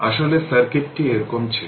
আসলে সার্কিটটি এরকম ছিল